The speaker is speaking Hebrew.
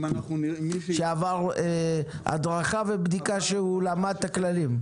שעבר הדרכה ובדיקה שהוא למד את הכללים.